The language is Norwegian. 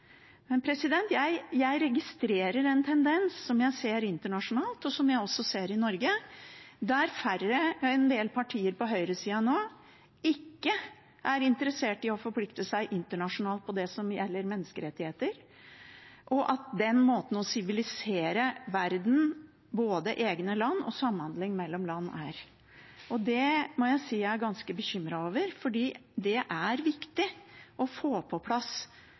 Jeg registrerer en tendens som jeg ser internasjonalt, og som jeg også ser i Norge, der færre i en del partier på høyresida nå ikke er interessert i å forplikte seg internasjonalt på det som gjelder menneskerettigheter, og den måten å sivilisere verden på – både egne land og samhandling mellom land. Det må jeg si jeg er ganske bekymret over, for det er viktig å få på plass